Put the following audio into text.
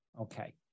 okay